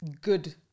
good